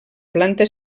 planta